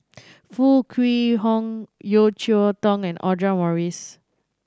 Foo Kwee Horng Yeo Cheow Tong and Audra Morrice